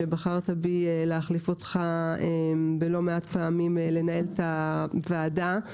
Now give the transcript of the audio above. שבחרת בי להחליף אותך לא מעט פעמים לנהל את הוועדה.